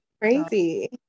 Crazy